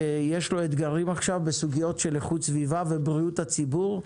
יש לו עכשיו אתגרים בסוגיות של איכות סביבה ובריאות הציבור,